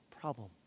problem